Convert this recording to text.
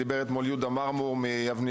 כפי שאמר אתמול יהודה מרמור מיבניאל,